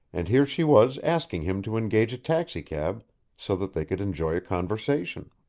and here she was asking him to engage a taxicab so that they could enjoy a conversation.